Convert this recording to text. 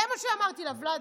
זה מה שאמרתי לה, ולדי.